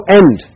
end